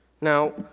Now